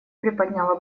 приподняла